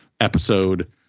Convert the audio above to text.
episode